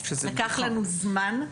לקח לנו זמן,